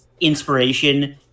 inspiration